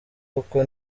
koko